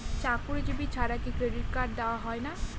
চাকুরীজীবি ছাড়া কি ক্রেডিট কার্ড দেওয়া হয় না?